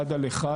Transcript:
אחד על אחד,